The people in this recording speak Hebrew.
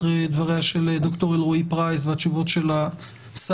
אחרי דבריה של ד"ר אלרעי פרייס ותשובות השר,